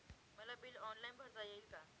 मला bill online भरता येईल का?